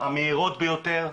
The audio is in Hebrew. המהירות ביותר,